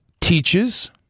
Teaches